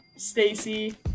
Stacy